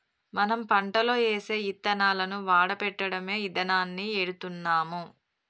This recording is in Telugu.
మనం పంటలో ఏసే యిత్తనాలను వాడపెట్టడమే ఇదానాన్ని ఎడుతున్నాం